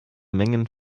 mengen